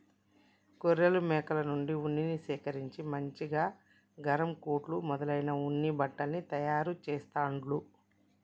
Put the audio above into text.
గొర్రెలు మేకల నుండి ఉన్నిని సేకరించి మంచిగా గరం కోట్లు మొదలైన ఉన్ని బట్టల్ని తయారు చెస్తాండ్లు